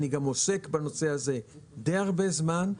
אני גם עוסק בנושא הזה די הרבה זמן,